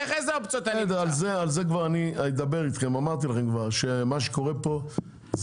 תסלח לי עם כל הכבוד, זה מה שגורם לזה